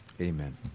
Amen